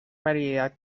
variedad